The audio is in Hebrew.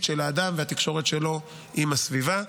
של האדם והתקשורת שלו עם הסביבה.